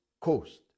coast